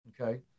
okay